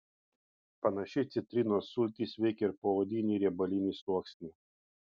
panašiai citrinos sultys veikia ir poodinį riebalinį sluoksnį